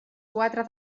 quatre